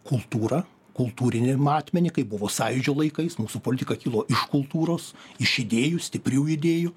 kultūrą kultūrinį matmenį kaip buvo sąjūdžio laikais mūsų politika kilo iš kultūros iš idėjų stiprių idėjų